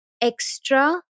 extra